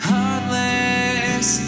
Heartless